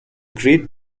great